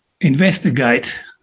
investigate